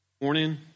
morning